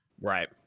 Right